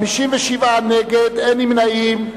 57 נגד, אין נמנעים.